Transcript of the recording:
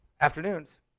afternoons